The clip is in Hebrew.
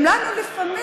וגם לנו לפעמים,